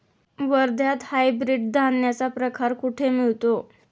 वर्ध्यात हायब्रिड धान्याचा प्रकार कुठे मिळतो?